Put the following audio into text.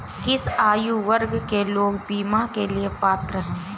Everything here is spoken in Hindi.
किस आयु वर्ग के लोग बीमा के लिए पात्र हैं?